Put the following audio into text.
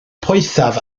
poethaf